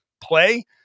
play